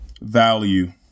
Value